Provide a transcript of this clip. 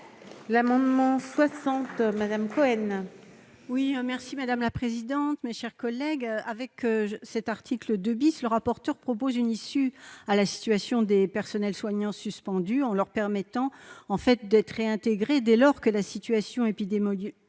l'amendement soixante Madame Cohen. Oui merci madame la présidente, mes chers collègues, avec cet article 2 bis. Le rapporteur propose une issue à la situation des personnels soignants, suspendus en leur permettant en fait d'être réintégré dès lors que la situation épidémique